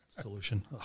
solution